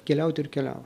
keliaut ir keliau